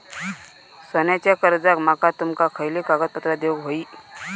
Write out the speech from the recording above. सोन्याच्या कर्जाक माका तुमका खयली कागदपत्रा देऊक व्हयी?